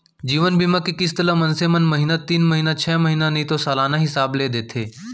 जीवन बीमा के किस्त ल मनसे मन महिना तीन महिना छै महिना नइ तो सलाना हिसाब ले देथे